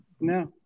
no